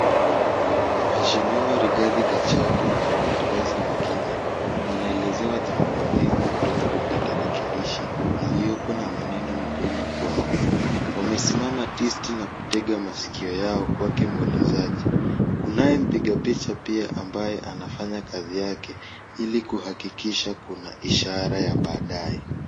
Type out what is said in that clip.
Mheshimiwa Rigathi Gachagua na viongozi wengine, wanaelezewa jambo muhimu kutoka kwenye tarakilishi iliyoko na maneno muhimu kwao. Wamesimama tisti na kutega masikio yao kwake mwelezaji. Kunaye mpiga picha pia ambaye anafanya kazi yake, ili kuhakikisha kuna ishara ya baadaye.